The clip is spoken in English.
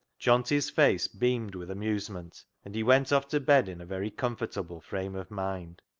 johnty's face beamed with amusement, and he went off to bed in a very comfortable frame of mind.